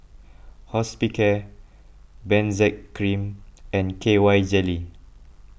Hospicare Benzac Cream and K Y Jelly